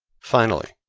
finally,